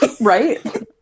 Right